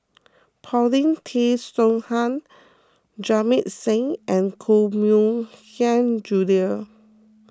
Paulin Tay Straughan Jamit Singh and Koh Mui Hiang Julie